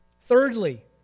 Thirdly